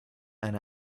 eine